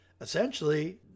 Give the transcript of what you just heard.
Essentially